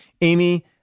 Amy